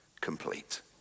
complete